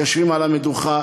יושבים על המדוכה.